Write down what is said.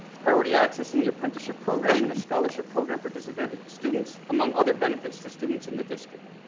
priority access in the apprenticeship program and a scholarship program for disadvantaged students among other benefits to students in the district.